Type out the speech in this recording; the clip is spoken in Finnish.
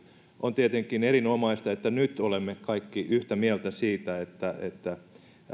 on tietenkin erinomaista että nyt olemme kaikki yhtä mieltä siitä että että